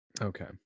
okay